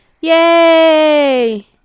yay